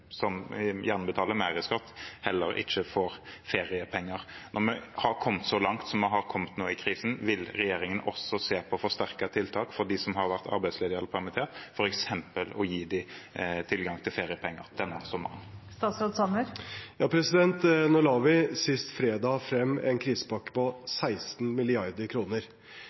mer i skatt, ikke får feriepenger. Når vi har kommet så langt som vi har kommet nå i krisen, vil regjeringen også se på forsterkede tiltak for dem som har vært arbeidsledige eller permittert, f.eks. gi dem tilgang til feriepenger denne sommeren? Nå la vi sist fredag frem en krisepakke på 16